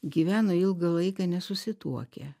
gyveno ilgą laiką nesusituokę